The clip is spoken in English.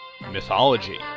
mythology